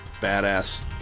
badass